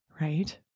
Right